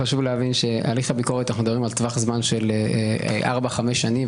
חשוב להבין שבהליך הביקורת אנחנו מדברים על טווח זמן של ארבע-חמש שנים.